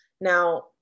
now